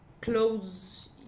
clothes